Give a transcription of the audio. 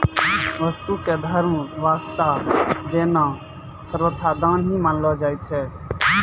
वस्तु क धर्म वास्तअ देना सर्वथा दान ही मानलो जाय छै